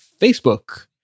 Facebook